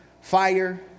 fire